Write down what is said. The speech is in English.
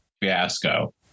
fiasco